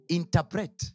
interpret